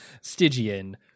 stygian